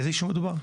באיזה ישוב מדובר?